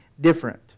different